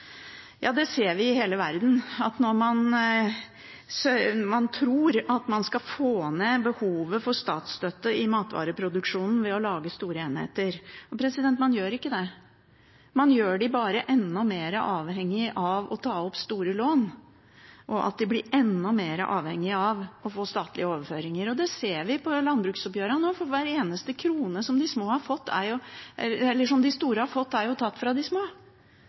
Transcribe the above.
Ja, det ser vi i hele verden, at man tror at man skal få ned behovet for statsstøtte i matvareproduksjonen ved å lage store enheter. Man gjør ikke det. Man gjør dem bare enda mer avhengig av å ta opp store lån, og de blir enda mer avhengig av å få statlige overføringer. Det ser vi av landbruksoppgjørene nå, for hver eneste krone som de store har fått, er jo tatt fra de små, og de store blir mer og mer avhengig av mer og mer tilskudd fordi de